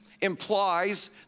implies